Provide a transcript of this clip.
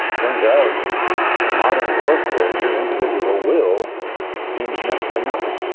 turns out in modern warfare, your individual will means next to nothing.